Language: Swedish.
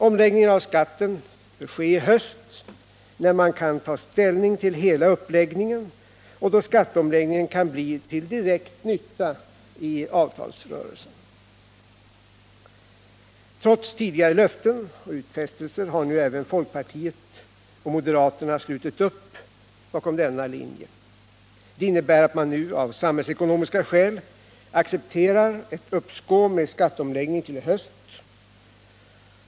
Omläggning av skatten bör ske i höst, när man kan ta ställning till hela uppläggningen och då skatteomläggningen kan bli till direkt nytta i avtalsrörelsen. Trots tidigare löften och utfästelser har nu även folkpartiet och moderaterna slutit upp bakom denna linje. Detta innebär att man nu av samhällsekonomiska skäl accepterar ett uppskov med skatteomläggningen till i höst.